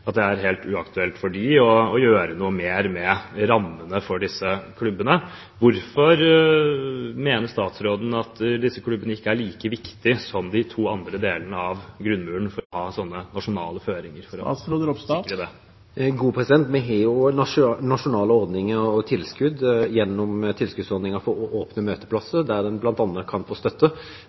at det er helt uaktuelt for dem å gjøre noe mer med rammene for disse klubbene. Hvorfor mener statsråden at disse klubbene ikke er like viktige som de to andre delene av grunnmuren – for å ha nasjonale føringer for å sikre dem? Vi har nasjonale ordninger og tilskudd gjennom tilskuddsordningen for åpne møteplasser, der en bl.a. kan få støtte.